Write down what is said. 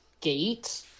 gate